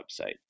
website